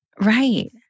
Right